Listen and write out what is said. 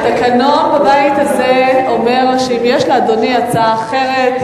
התקנון בבית הזה אומר שאם יש לאדוני הצעה אחרת,